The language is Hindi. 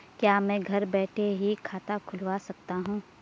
क्या मैं घर बैठे ही खाता खुलवा सकता हूँ?